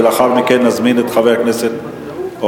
ולאחר מכן נזמין את חבר הכנסת אורלב.